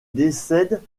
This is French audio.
décède